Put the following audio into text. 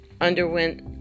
underwent